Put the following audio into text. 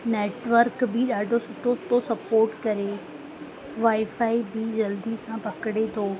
network बि ॾाढो सुठो सुठो स्पोर्ट करे वाए फाई बि जल्दी सां पकिड़े थो